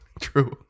true